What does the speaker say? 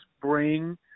bring